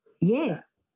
Yes